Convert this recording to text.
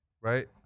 Right